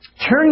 Turn